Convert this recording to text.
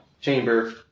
chamber